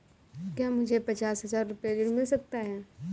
क्या मुझे पचास हजार रूपए ऋण मिल सकता है?